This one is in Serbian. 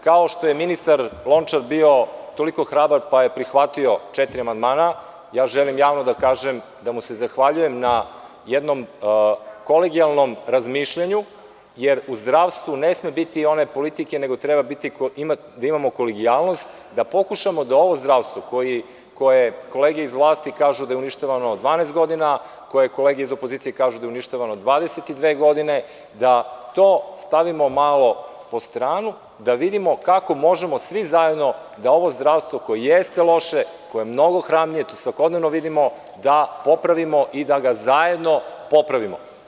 Kao što je ministar Lončar bio toliko hrabar pa je prihvatio četiri amandmana, želim javno da kažem, da mu se zahvaljujem na jednom kolegijalnom razmišljanju, jer u zdravstvu ne sme biti one politike nego treba imati kolegijalnost da pokušamo da ovo zdravstvo koje kolege iz vlasti kažu da je uništavano 12 godina, koje kolege iz opozicije kažu da je uništavano 22 godine, da to stavimo malo po stranu i da vidimo kako možemo svi zajedno da ovo zdravstvo koje jeste loše, koje mnogo hramlje, svakodnevno vidimo da popravimo, da ga zajedno popravimo.